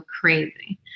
crazy